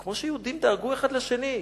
כמו שיהודים דאגו אחד לשני,